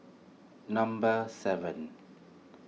number seven